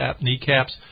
kneecaps